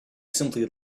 simply